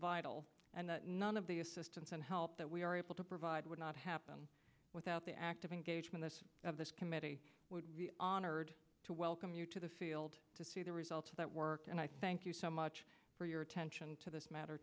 vital and none of the assistance and help that we are able to provide would not happen without the active engagement of this committee would be honored to welcome you to the field to see the results of that work and i thank you so much for your attention to this matter